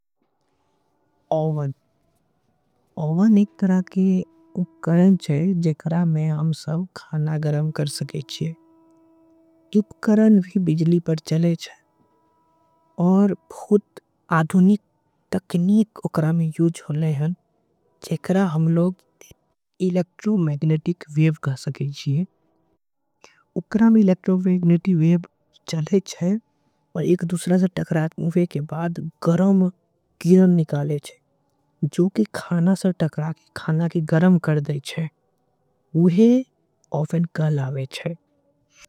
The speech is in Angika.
आवन आवन एक तरह के उपकरण चाहिए। जेकरा में हम सब खाना गरम कर सकेचे। उपकरण भी बिजली पर चलेच है और भूद। आधुनी तकनीक उकरण में यूज़ होले है। जेकरा हम लोग एलेक्ट्रो मैगनेटिक वेव कर। सकेचे उपकरण भी लेक्ट्रो मैगनेटी वेव चलेच। है और एक दूसरा से तक्राएग उवे के बाद। गरम गिरन निकालेच है जो के खाना से तक्राएग खाना के गरम कर देच है उवे आवन कर लावेच है।